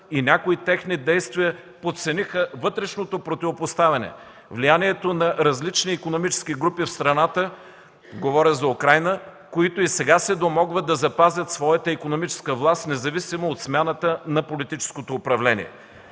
Някои техни действия подцениха вътрешното противопоставяне, влиянието на различни икономически групи в страната – говоря за Украйна, които и сега се домогват да запазят своята икономическа власт, независимо от смяната на политическото управление.